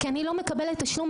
כי אני לא מקבלת תשלום,